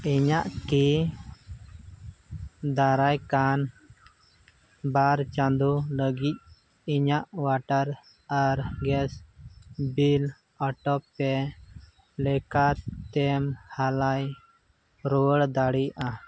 ᱤᱧᱟᱹᱜ ᱠᱤ ᱫᱟᱨᱟᱭᱠᱟᱱ ᱵᱟᱨ ᱪᱟᱸᱫᱳ ᱞᱟᱹᱜᱤᱫ ᱤᱧᱟᱹᱜ ᱚᱣᱟᱴᱟᱨ ᱟᱨ ᱜᱮᱥ ᱵᱤᱞ ᱚᱴᱳ ᱯᱮ ᱞᱮᱠᱟᱛᱮᱢ ᱦᱟᱞᱟ ᱨᱩᱣᱟᱹᱲ ᱫᱟᱲᱮᱭᱟᱜᱼᱟ